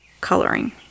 coloring